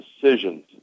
decisions